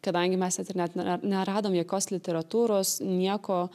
kadangi mes vat net ir net ne neradom jokios literatūros nieko